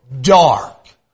dark